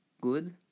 good